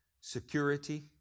security